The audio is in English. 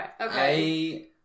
okay